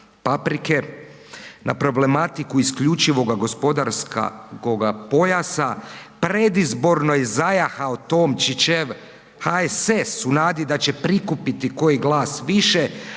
paprike, na problematiku isključivoga gospodarskoga pojasa, predizborno je zajahao Tomčićev HSS u nadi da će prikupiti koji glas više,